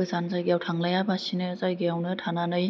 गोजान जायगायाव थांलाया बासिनो जायगायावनो थानानै